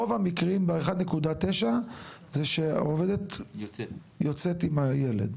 רוב המקרים ב-1.9% זה שהעובדת יוצאת עם הילד,